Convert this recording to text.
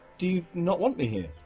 do you, not want me here?